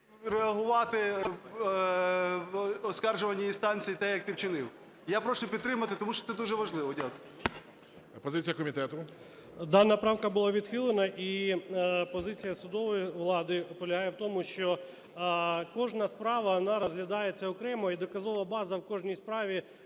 реагувати оскаржувані інстанції так, як ти вчинив. Я прошу підтримати, тому що це дуже важливо. Дякую. ГОЛОВУЮЧИЙ. Позиція комітету? 12:50:43 ПАВЛІШ П.В. Дана правка була відхилена, і позиція судової влади полягає в тому, що кожна справа, вона розглядається окремо, і доказова база у кожній справі